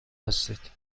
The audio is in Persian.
هستید